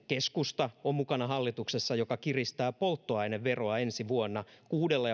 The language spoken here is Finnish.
keskusta on mukana hallituksessa joka kiristää polttoaineveroa ensi vuonna kuudella